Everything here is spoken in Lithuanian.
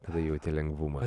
kada jauti lengvumą